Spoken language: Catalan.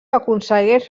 aconsegueix